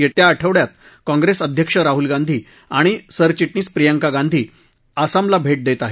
येत्या आठवडयात काँप्रेस अध्यक्ष राहुल गांधी आणि सरचिटणीस प्रियंका गांधी आसामला भेट देत आहेत